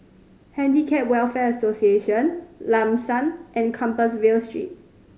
Handicap Welfare Association Lam San and Compassvale Street